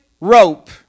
rope